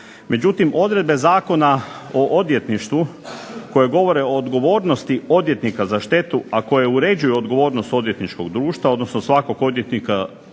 Međutim, odredbe Zakona o odvjetništvu koje govore o odgovornosti odvjetnika za štetu, a koje uređuju odgovornost odvjetničko društva odnosno svakog odvjetnika